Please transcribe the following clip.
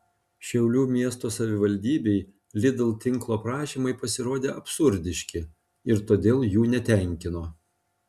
šiaulių miesto savivaldybei lidl tinklo prašymai pasirodė absurdiški ir todėl jų netenkino